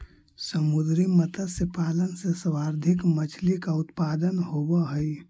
समुद्री मत्स्य पालन से सर्वाधिक मछली का उत्पादन होवअ हई